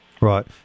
Right